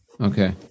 Okay